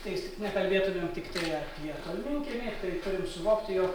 tiktais tik nekalbėtumėm tiktai apie tolminkiemį tai turim suvokti jog